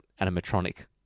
animatronic